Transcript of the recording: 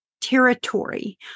territory